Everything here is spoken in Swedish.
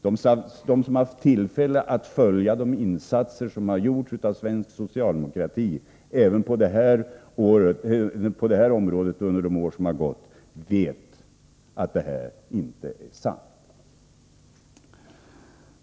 De som haft tillfälle att följa de insatser som gjorts av svensk socialdemokrati även på detta område under de år som gått vet att det här inte är sant.